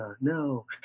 no